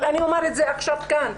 אבל אני אומר את זה עכשיו כאן,